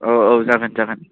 औ औ जागोन जागोन